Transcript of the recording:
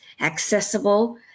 accessible